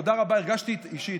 תודה רבה, הרגשתי את זה אישית.